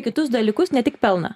kitus dalykus ne tik pelną